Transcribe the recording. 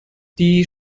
die